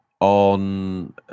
on